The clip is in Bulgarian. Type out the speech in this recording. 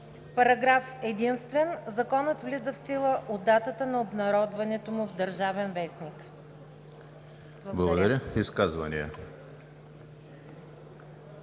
Параграф единствен. Законът влиза в сила от датата на обнародването му в „Държавен вестник“.“ Благодаря. ПРЕДСЕДАТЕЛ